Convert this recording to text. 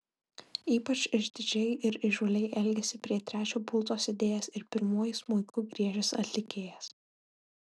ypač išdidžiai ir įžūliai elgėsi prie trečio pulto sėdėjęs ir pirmuoju smuiku griežęs atlikėjas